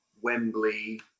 Wembley